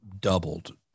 doubled